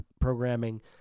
programming